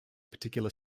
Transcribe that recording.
particular